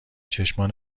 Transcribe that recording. چشمان